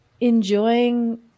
enjoying